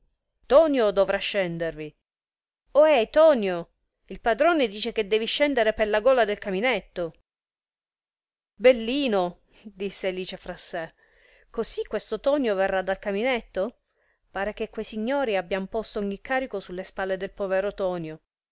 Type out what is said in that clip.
tonio dovrà scendervi ohè tonio il padrone dice che devi scendere pella gola del caminetto bellino disse alice fra sè così questo tonio verrà dal caminetto pare che quei signori abbian posto ogni carico sulle spalle del povero tonio